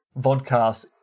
vodcast